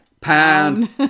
Pound